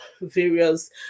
various